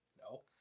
No